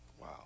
Wow